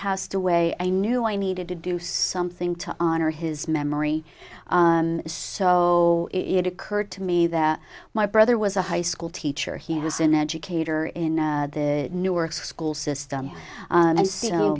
passed away i knew i needed to do something to honor his memory so it occurred to me that my brother was a high school teacher he has an educator in the newark school system and i was you know